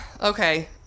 Okay